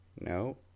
No